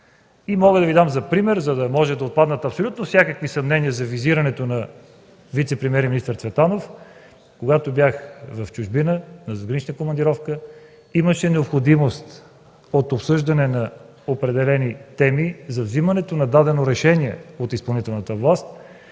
Мога да Ви дам пример, за да отпаднат абсолютно всякакви съмнения за визирането на вицепремиер и министър Цветанов – когато бях командировка в чужбина имаше необходимост от обсъждане на определени теми за взимането на дадено решение от изпълнителната власт.